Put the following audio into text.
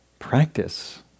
practice